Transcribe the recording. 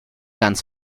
ganz